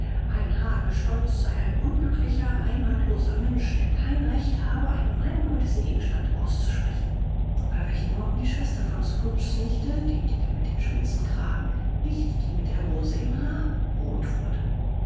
ein hagestolz sei ein unglücklicher heimatloser mensch der kein recht habe eine meinung über diesen gegenstand auszusprechen bei welchen worten die schwester von scrooges nichte die dicke mit dem spitzenkragen nicht die mit der rose im haar rot wurde